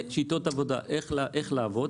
שיטות עבודה איך לעבוד,